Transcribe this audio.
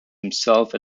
himself